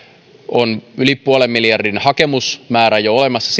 on jo yli puolen miljardin hakemusmäärä olemassa